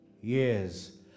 years